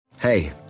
Hey